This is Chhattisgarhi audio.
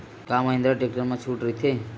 का महिंद्रा टेक्टर मा छुट राइथे?